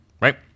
Right